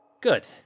Good